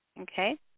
okay